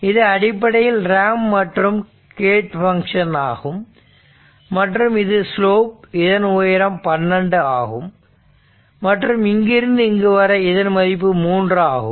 இது அடிப்படையில் ரேம்ப் மற்றும் கேட் பங்க்ஷன் ஆகும் மற்றும் இது ஸ்லோப் இதன் உயரம் 12 ஆகும் மற்றும் இங்கிருந்து இங்கு வரை இதன் மதிப்பு 3 ஆகும்